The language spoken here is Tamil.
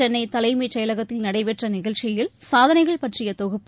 சென்னை தலைமைச் செயலகத்தில் நடைபெற்ற நிகழ்ச்சியில் சாதனைகள் பற்றிய தொகுப்பு